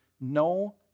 no